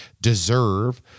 deserve